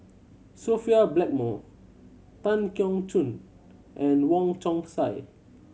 Sophia Blackmore Tan Keong Choon and Wong Chong Sai